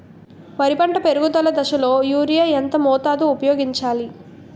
వరి పంట పెరుగుదల దశలో యూరియా ఎంత మోతాదు ఊపయోగించాలి?